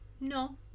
no